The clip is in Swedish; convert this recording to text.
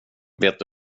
vet